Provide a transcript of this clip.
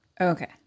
okay